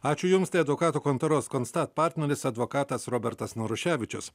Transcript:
ačiū jums tai advokatų kontoros constat partneris advokatas robertas naruševičius